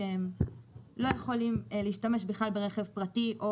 שלא יכולים בכלל להשתמש ברכב פרטי.